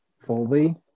fully